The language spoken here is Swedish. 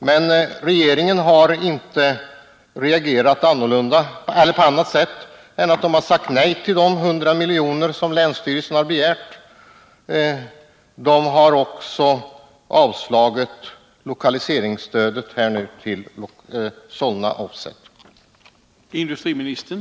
Men regeringen har inte reagerat på annat sätt än genom att säga nej till de 100 milj.kr. som länsstyrelsen begärt. Regeringen har också avslagit ansökan om lokaliseringsstöd till AB Solna Offset.